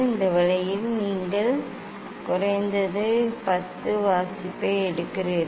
இந்த வழியில் நீங்கள் குறைந்தது 10 வாசிப்பை எடுக்கிறீர்கள்